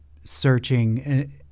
searching